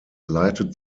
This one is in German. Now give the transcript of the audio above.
leitet